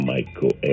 Michael